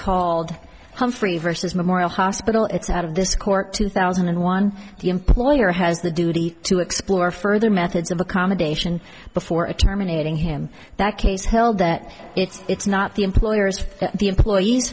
called humphrey vs memorial hospital it's out of this court two thousand and one the employer has the duty to explore further methods of accommodation before a terminating him that case held that it's not the employer's the employee